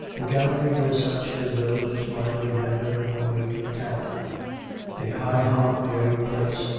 the gallery was such as those which marjorie had noted on the way to the tower a high-hung, airy place,